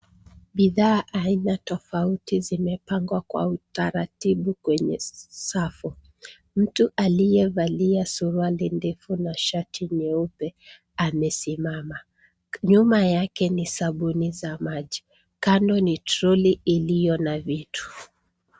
Bidhaa aina tofauti zimeoangwa kwa utaratibu kwenye safu. Mtu aliyevalia suruali ndefu na shati nyeupe amesimama. Nyuma yake ni sabuni za maji. Kando yake ni trolley iliyo na vitu.